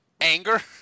anger